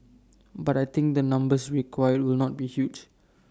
but I think the numbers required will not be huge